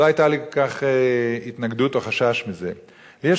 לא היו לי כל כך התנגדות או חשש מזה שיתפרנסו ויקבלו ג'ובים של פיקוח,